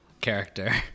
character